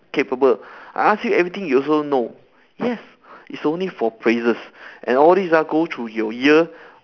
capable I ask you everything you also know yes it's only for praises and all these ah go through your ear